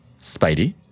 Spidey